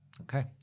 Okay